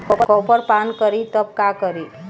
Copper पान करी तब का करी?